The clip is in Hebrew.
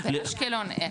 באשקלון אין.